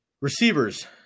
Receivers